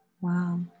Wow